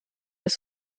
des